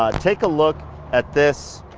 ah take a look at this.